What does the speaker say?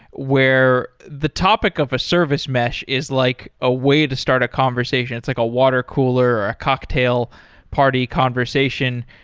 where the topic of a service mesh is like a way to start a conversation. it's like a water cooler or a cocktail party conversation.